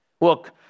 Look